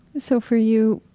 so for you,